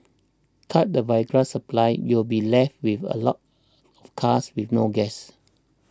cut the Viagra supply you'll be left with a lot of cars with no gas